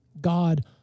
God